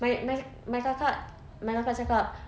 my my my kakak my kakak cakap